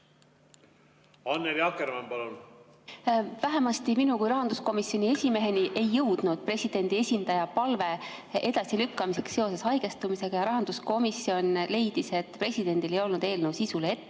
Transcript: Vähemasti minu kui rahanduskomisjoni esimeheni ei jõudnud presidendi esindaja palve [komisjoni istungi] edasilükkamiseks seoses haigestumisega. Rahanduskomisjon leidis, et presidendil ei olnud eelnõu sisu kohta